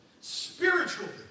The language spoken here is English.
Spiritually